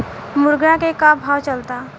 मुर्गा के का भाव चलता?